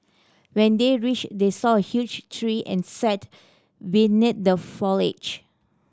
when they reached they saw a huge tree and sat beneath the foliage